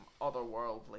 otherworldly